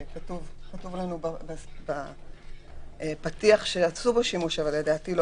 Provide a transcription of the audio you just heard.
שכתוב לנו בפתיח שעשו בו שימוש אבל לדעתי לא